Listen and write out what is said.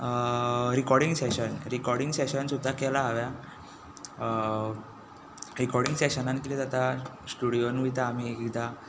recording session recording session सुद्दां केला हांवें रिकोडींग सेशनान कितें जाता स्टुडिओन वयता आमी एकएकदा